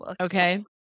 Okay